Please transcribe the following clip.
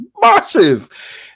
massive